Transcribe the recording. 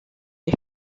les